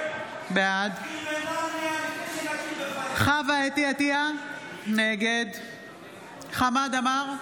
בעד חוה אתי עטייה, נגד חמד עמאר,